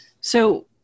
So-